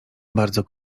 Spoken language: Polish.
bardzo